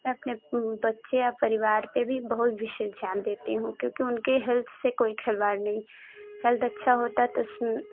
मैं अपने बच्चे या परिवार पर भी बहुत विशेष ध्यान देती हूँ क्योंकि उनके हेल्थ से कोई खिलवाड़ नहीं हेल्थ अच्छा होता है तो